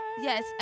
yes